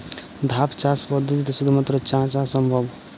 ধাপ চাষ পদ্ধতিতে শুধুমাত্র চা চাষ সম্ভব?